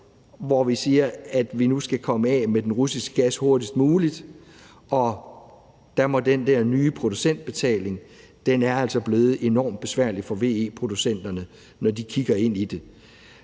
hvor vi siger, at vi nu skal komme af med den russiske gas hurtigst muligt. Der må jeg sige, at den der nye producentbetaling altså er blevet enormt besværlig for VE-producenterne, når de kigger ind i det.